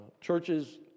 Churches